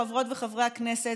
חברות וחברי הכנסת,